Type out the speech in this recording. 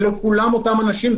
אלה כולם אותם אנשים,